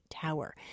Tower